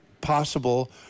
possible